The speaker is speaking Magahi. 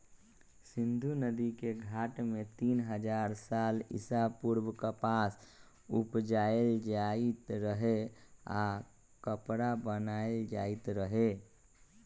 सिंधु नदिके घाट में तीन हजार साल ईसा पूर्व कपास उपजायल जाइत रहै आऽ कपरा बनाएल जाइत रहै